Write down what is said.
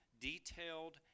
detailed